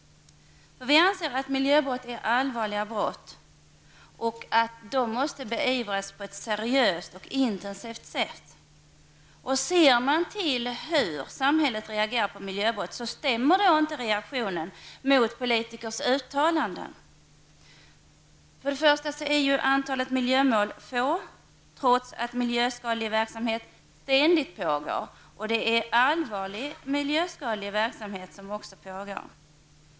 Vi anser att miljöbrott är allvarliga brott och måste beivras seriöst och intensivt. Ser man till hur samhället reagerar på miljöbrott kan man säga att reaktionen inte stämmer mot politikers uttalanden. För det första är antalet miljömål litet, trots att allvarlig miljöskadlig verksamhet ständigt pågår.